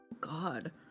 God